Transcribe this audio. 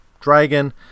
dragon